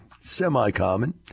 semi-common